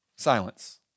Silence